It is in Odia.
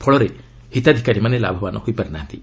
ଫଳରେ ହିତାଧିକାରୀମାନେ ଲାଭବାନ ହୋଇପାରି ନାହାନ୍ତି